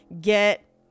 get